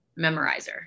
memorizer